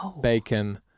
bacon